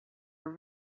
are